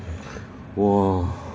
我